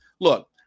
look